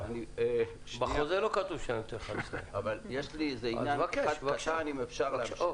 יש לי עוד עניין, אם אפשר להמשיך.